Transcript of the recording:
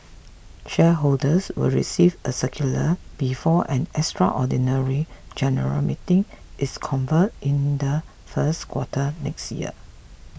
shareholders will receive a circular before an extraordinary general meeting is convened in the first quarter next year